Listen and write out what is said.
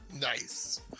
Nice